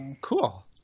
Cool